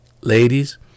ladies